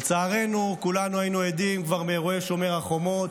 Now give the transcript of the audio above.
לצערנו כבר באירועי שומר החומות